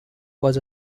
was